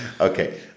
Okay